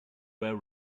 were